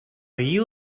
you